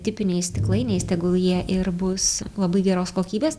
tipiniais stiklainiais tegul jie ir bus labai geros kokybės